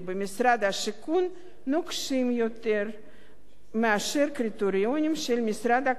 השיכון נוקשים יותר מהקריטריונים של משרד הקליטה,